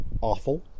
awful